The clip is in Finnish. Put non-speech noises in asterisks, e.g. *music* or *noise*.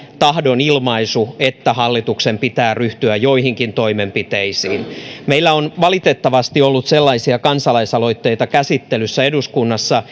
tahdonilmaisu että hallituksen pitää ryhtyä joihinkin toimenpiteisiin meillä on valitettavasti ollut sellaisia kansalaisaloitteita käsittelyssä eduskunnassa *unintelligible*